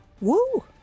Woo